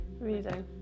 Reading